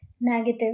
negative